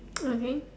okay